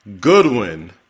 Goodwin